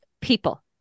People